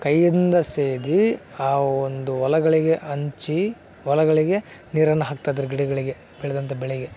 ಕೈಯಿಂದ ಸೇದಿ ಆ ಒಂದು ಹೊಲಗಳಿಗೆ ಹಂಚಿ ಹೊಲಗಳಿಗೆ ನೀರನ್ನು ಹಾಕ್ತಾ ಇದ್ದರು ಗಿಡಗಳಿಗೆ ಬೆಳೆದಂಥ ಬೆಳೆಗೆ